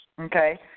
okay